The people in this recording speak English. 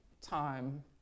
time